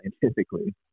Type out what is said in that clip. scientifically